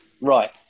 right